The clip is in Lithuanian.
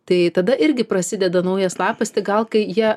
tai tada irgi prasideda naujas lapas tik gal kai jie